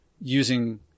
using –